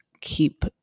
keep